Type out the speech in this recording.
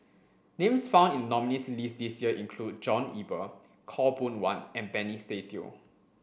names found in the nominees' list this year include John Eber Khaw Boon Wan and Benny Se Teo